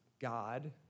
God